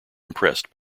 impressed